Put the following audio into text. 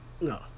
No